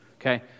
okay